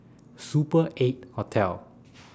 Super eight Hotel